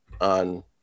on